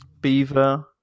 Beaver